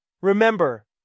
Remember